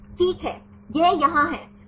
ठीक है यह यहाँ है